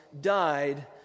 died